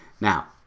Now